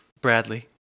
Bradley